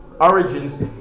origins